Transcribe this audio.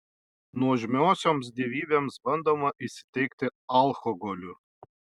nuožmiosioms dievybėms bandoma įsiteikti alkoholiu